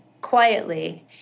quietly